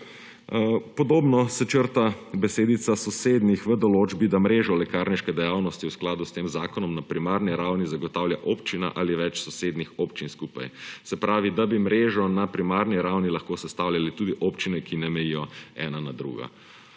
Podobno se črta besedica »sosednjih« v določbi, da mrežo lekarniške dejavnosti v skladu s tem zakonom na primarni ravni zagotavlja občina ali več sosednjih občin skupaj. Se pravi, da bi mrežo na primarni ravni lahko sestavljale tudi občine, ki ne mejijo ena na drugo.